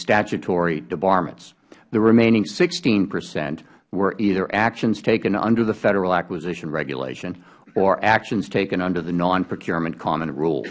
statutory debarments the remaining sixteen percent were either actions taken under the federal acquisition regulation or actions taken under the non procurement common rule